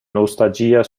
nostalgia